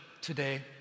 today